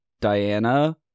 Diana